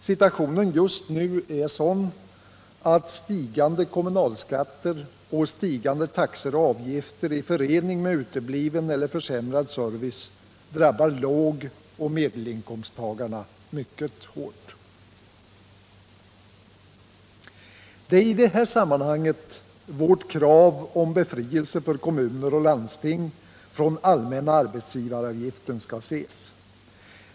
Situationen just nu är sådan att stigande kommunalskatter och stigande taxor och avgifter i förening med utebliven eller försämrad service drabbar lågoch medelinkomsttagarna mycket hårt. Det är i detta sammanhang vårt krav på befrielser för kommuner och landsting från allmänna arbetsgivaravgifter skall ses.